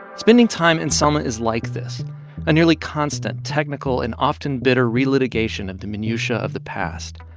spending time in selma is like this a nearly constant technical and often bitter relitigation of the minutiae of the past.